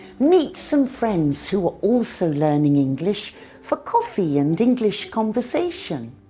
meet some friends who are also learning english for coffee and english conversation.